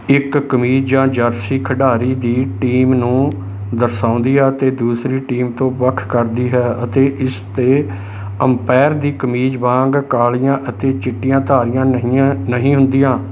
ਇੱਕ ਕਮੀਜ਼ ਜਾਂ ਜਰਸੀ ਖਿਡਾਰੀ ਦੀ ਟੀਮ ਨੂੰ ਦਰਸਾਉਂਦੀ ਹੈ ਅਤੇ ਦੂਸਰੀ ਟੀਮ ਤੋਂ ਵੱਖ ਕਰਦੀ ਹੈ ਅਤੇ ਇਸ 'ਤੇ ਅੰਪਾਇਰ ਦੀ ਕਮੀਜ਼ ਵਾਂਗ ਕਾਲੀਆਂ ਅਤੇ ਚਿੱਟੀਆਂ ਧਾਰੀਆਂ ਨਹੀਂਆਂ ਨਹੀਂ ਹੁੰਦੀਆਂ